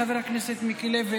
חבר הכנסת מיקי לוי,